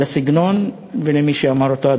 לסגנון ולמי שאמר אותו,